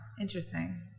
interesting